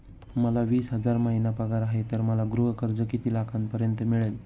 मला वीस हजार महिना पगार आहे तर मला गृह कर्ज किती लाखांपर्यंत मिळेल?